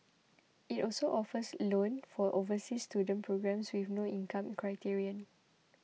it also offers loan for overseas student programmes with no income criterion